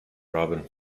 robin